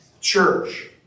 church